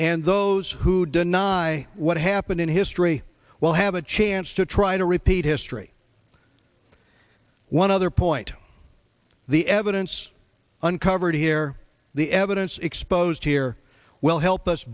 and those who deny what happened in history will have a chance to try to repeat history one other point the evidence uncovered here the evidence exposed here will help us